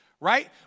right